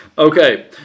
Okay